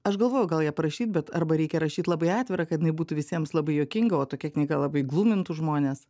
aš galvoju gal ją parašyt bet arba reikia rašyt labai atvirą kad jinai būtų visiems labai juokinga o tokia knyga labai glumintų žmones